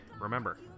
Remember